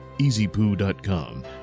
EasyPoo.com